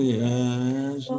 yes